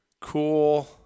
cool